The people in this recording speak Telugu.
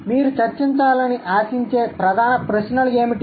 మీరు చర్చించాలని ఆశించే ప్రధాన ప్రశ్నలు ఏమిటి